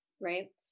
Right